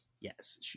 yes